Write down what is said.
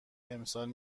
امسال